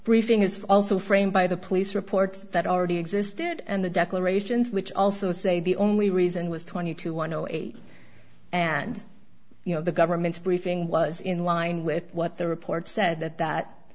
briefing is also framed by the police reports that already existed and the declarations which also say the only reason was twenty two one zero eight and you know the government's briefing was in line with what the report said that that